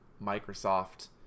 Microsoft